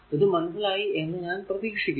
ഇത് മനസ്സിലായി എന്ന് ഞാൻ പ്രതീക്ഷിക്കുന്നു